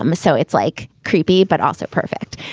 um so it's like creepy but also perfect.